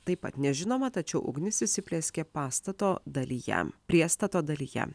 taip pat nežinoma tačiau ugnis įsiplieskė pastato dalyje priestato dalyje